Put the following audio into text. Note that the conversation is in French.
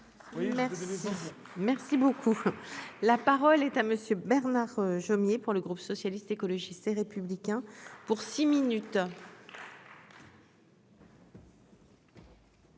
merci beaucoup, la parole est à monsieur. Bernard Jomier pour le groupe socialiste, écologiste et républicain pour six minutes.